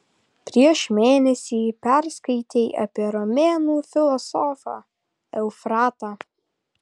prieš mėnesį perskaitei apie romėnų filosofą eufratą